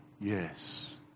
yes